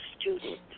student